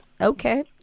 Okay